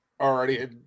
already